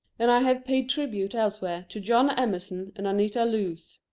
and i have paid tribute elsewhere to john emerson and anita loos.